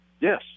yes